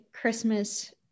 Christmas